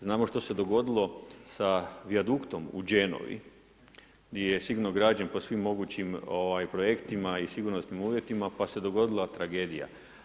Znamo što se dogodilo sa vijaduktom u Genovi gdje je sigurno građen po svim mogućim projektima i sigurnosnim uvjetima pa se dogodila tragedija.